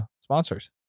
sponsors